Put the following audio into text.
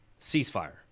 ceasefire